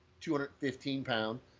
215-pound